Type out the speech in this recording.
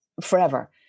forever